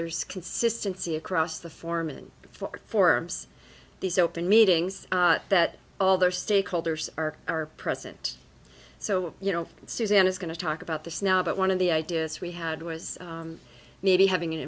there is consistency across the foreman for forms these open meetings that all the stakeholders are are present so you know suzanne is going to talk about this now but one of the ideas we had was maybe having